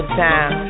time